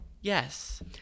yes